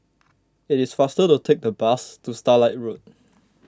it is faster to take the bus to Starlight Road